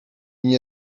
nie